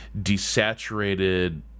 desaturated